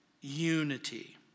Unity